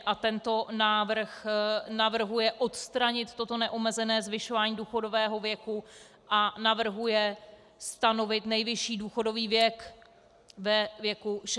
A tento návrh navrhuje odstranit toto neomezené zvyšování důchodového věku a navrhuje stanovit nejvyšší důchodový věk ve věku 65 let.